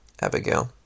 Abigail